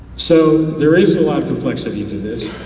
so there is a lot of complexity to this.